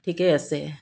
ঠিকে আছে